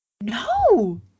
No